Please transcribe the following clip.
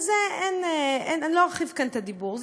על זה אני לא ארחיב כאן את הדיבור.